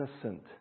innocent